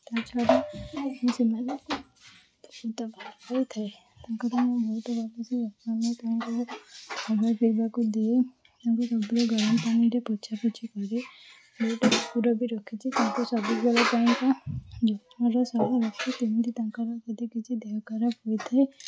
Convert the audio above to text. ତା' ଛଡ଼ା ସେମାନଙ୍କୁ ସହିତ ତାଙ୍କର ମୁଁ ବହୁତ ଭଲ ସେ ଯତ୍ନ ନିଏ ତାଙ୍କୁ ଖାଇବା ପିଇବାକୁ ଦିଏ ତାଙ୍କୁ ଗରମ ପାଣିରେ ପୋଛାପୋଛି କରେ ମୁଁ ଗୋଟେ କୁକୁର ବି ରଖିଛି ତାଙ୍କୁ ସବୁବେଳ ପାଇଁକା ଯତ୍ନର ସହ ରଖେ ଯେମିତି ତାଙ୍କର ଯଦି କିଛି ଦେହ ଖରାପ ହେଇଥାଏ